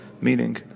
meaning